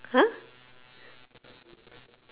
!huh!